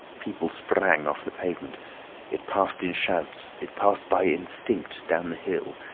people sprang off the pavement it passed in shouts, it passed by instinct down the hill.